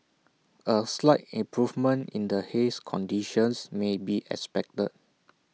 A slight improvement in the haze conditions may be expected